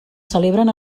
celebren